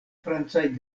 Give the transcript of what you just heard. francaj